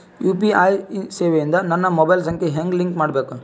UPI ಸೇವೆ ಇಂದ ನನ್ನ ಮೊಬೈಲ್ ಸಂಖ್ಯೆ ಹೆಂಗ್ ಲಿಂಕ್ ಮಾಡಬೇಕು?